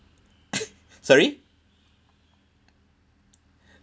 sorry